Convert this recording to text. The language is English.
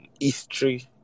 History